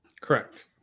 Correct